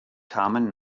kamen